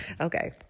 Okay